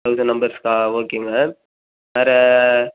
thousand நம்பர்ஸ்க்கா ஓகேங்க வேறு